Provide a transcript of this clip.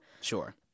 Sure